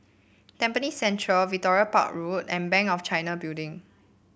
Tampines Central Victoria Park Road and Bank of China Building